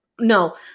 no